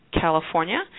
California